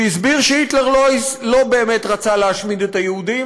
שהסביר שהיטלר לא באמת רצה להשמיד את היהודים,